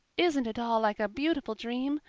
isn't it all like a beautiful dream?